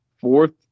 fourth